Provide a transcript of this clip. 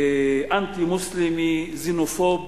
אנטי-מוסלמי, "זינופוב"